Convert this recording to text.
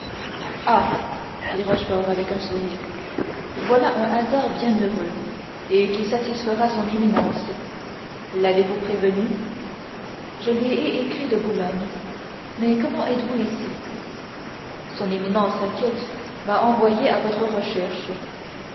fit rochefort avec un sourire voilà un hasard bien heureux et qui satisfera son éminence l'avez-vous prévenue je lui ai écrit de boulogne mais comment êtes-vous ici son éminence inquiète m'a envoyé à votre recherche